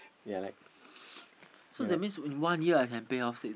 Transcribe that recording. yeah like yeah like